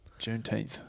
Juneteenth